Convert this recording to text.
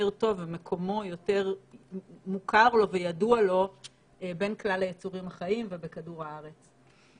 טוב ומקומו יותר מוכר לו וידוע לו בין כלל היצורים החיים ובכדור הארץ.